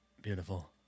beautiful